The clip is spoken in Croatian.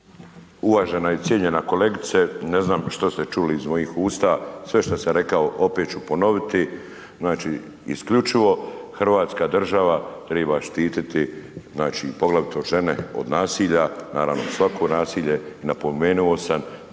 Uvažena i cijenjena kolegice, ne znam što ste čuli iz mojih usta. Sve što sam rekao opet ću ponoviti. Znači, isključivo hrvatska država treba štititi, znači i poglavito žene od nasilja. Naravno svako nasilje napomenuo sam da poruke